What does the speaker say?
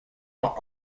are